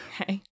Okay